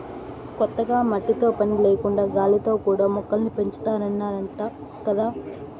కొత్తగా మట్టితో పని లేకుండా గాలిలో కూడా మొక్కల్ని పెంచాతన్నారంట గదా